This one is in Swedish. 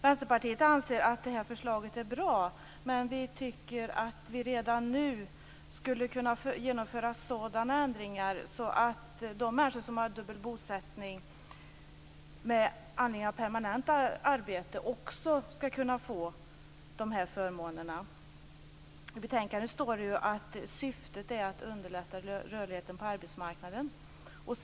Vänsterpartiet anser att det här förslaget är bra, men vi tycker att man redan nu skulle kunna genomföra sådana ändringar att de människor som har dubbel bosättning med anledning av permanent arbete också skall kunna få de här förmånerna. I betänkandet står det att syftet är att underlätta rörligheten på arbetsmarknaden.